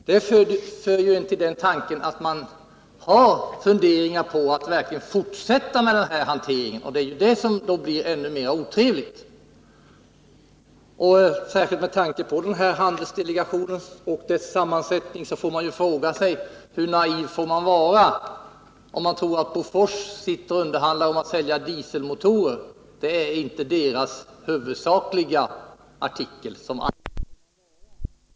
Det föder tanken att man verkligen har funderingar på att fortsätta med denna hantering, vilket gör det hela än mera otrevligt. Med tanke på handelsdelegationen och dess sammansättning ställer jag frågan: Hur naiv får man vara? — om man tror att Bofors sitter och underhandlar om att sälja dieselmotorer; det är faktiskt inte detta företags huvudsakliga artikel. Det blir då ett ganska dåligt argument, för det är fråga om att stoppa denna export och inte försvara den.